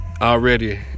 Already